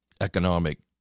economic